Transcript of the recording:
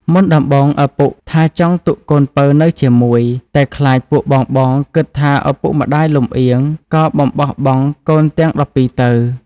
មុនដំបូងឪពុកថាចង់ទុក្ខកូនពៅនៅជាមួយ តែខ្លាចពួកបងៗគិតថាឪពុកម្តាយលម្អៀងក៏បំបោះបង់កូនទាំង១២ទៅ។